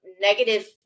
negative